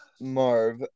Marv